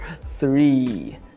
three